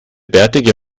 bärtige